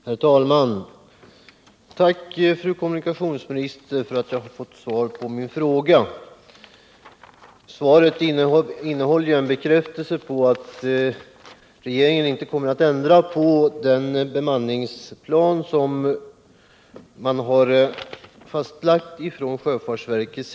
Herr talman! Tack, fru kommunikationsminister, för att jag har fått svar på min fråga! Svaret innehåller en bekräftelse på att regeringen inte kommer att ändra på den bemanningsplan som sjöfartsverket har fastlagt.